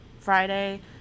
Friday